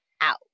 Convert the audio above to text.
out